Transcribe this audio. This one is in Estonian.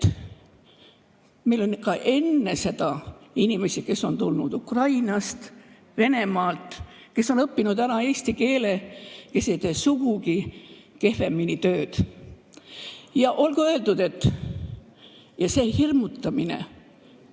meil on ka enne seda olnud inimesi, kes on tulnud Ukrainast, Venemaalt, kes on õppinud ära eesti keele, kes ei tee sugugi kehvemini tööd. Ja olgu öeldud, et see hirmutamine,